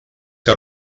que